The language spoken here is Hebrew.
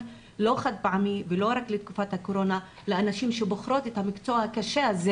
לא חד פעמי ולא רק לתקופת הקורונה לנשים שבוחרות את המקצוע הקשה זה,